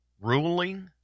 ruling